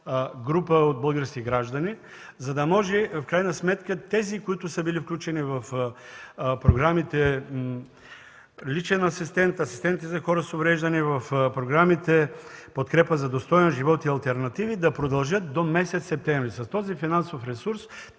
група от български граждани, за да може в крайна сметка тези, които са били включени в програмите „Личен асистент”, „Асистенти за хора с увреждания”, в програмите „Подкрепа за достоен живот” и „Алтернативи” да продължат до месец септември. С този финансов ресурс